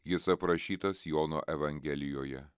jis aprašytas jono evangelijoje